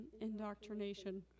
indoctrination